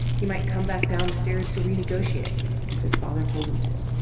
he might come back downstairs to renegotiate if his father told him to